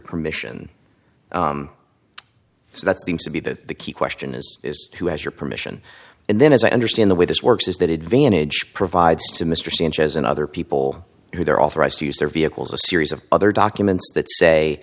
permission so that seems to be that the key question is who has your permission and then as i understand the way this works is that it vantage provides to mr sanchez and other people who they're authorized to use their vehicles a series of other documents that say